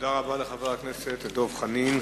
תודה רבה לחבר הכנסת דב חנין.